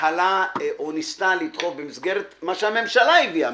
ניהלה וניסתה לדחוף במסגרת מה שהממשלה הביאה,